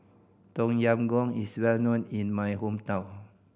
Tom Yam Goong is well known in my hometown